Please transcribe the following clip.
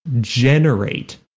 generate